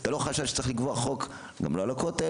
אתה לא חושב שצריך לקבוע חוק על הכותל,